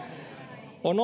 on